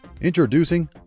Introducing